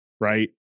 right